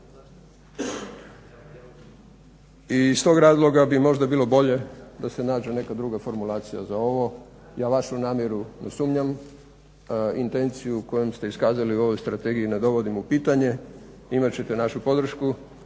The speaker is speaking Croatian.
I iz tog razloga bi možda bilo bolje da se nađe neka druga formulacija za ovo. Ja vašu namjeru ne sumnjam, intenciju kojom ste iskazali u ovoj strategiji ne dovodim u pitanje, imat ćete našu podršku